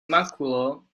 makulo